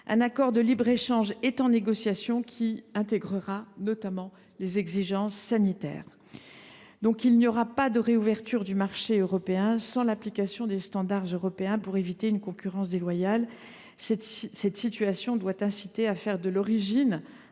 Un accord de libre échange est en cours de négociation : il intégrera notamment les exigences sanitaires. Il n’y aura pas de réouverture du marché européen sans l’application des standards continentaux, et ce pour éviter toute concurrence déloyale. Cette expérience doit nous inciter à faire de l’origine